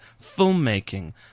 filmmaking